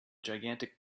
gigantic